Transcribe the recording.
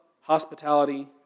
hospitality